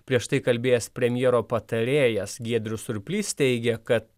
prieš tai kalbėjęs premjero patarėjas giedrius surplys teigė kad